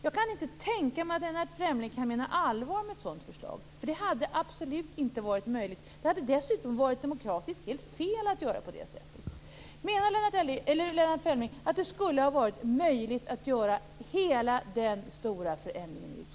Jag kan inte tänka mig att Lennart Fremling kan mena allvar med ett sådant förslag. Det hade absolut inte varit möjligt. Det hade dessutom varit demokratiskt helt fel att göra på det sättet. Menar Lennart Fremling att det skulle ha varit möjligt att göra hela den stora förändringen i utskottet?